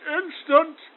instant